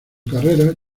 carrera